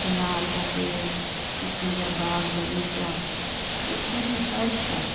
चिनार जा पेड़ उतां जा बाग बॻीचा उतां जी हर शइ